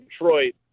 Detroit